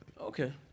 Okay